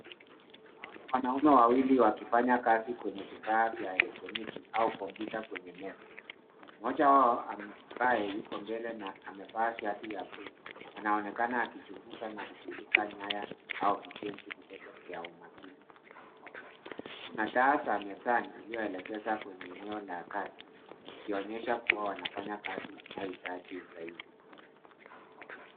Hawa ni wanaume wawili, wakifanya kazi kwenye vifaa vya elektroniki au kompyuta kwenye meza. Mmoja wao ambaye yuko mbele na amevaa shati ya buluu, anaonekana akichunguza na kushughulika nyaya au vijenzi vidogo vya umakini. Kuna taa za mezani, iliyoelekeza kwenye eneo la kazi ikionyesha kuwa wanafanya kazi inayohitaji usahihi.